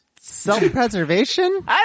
self-preservation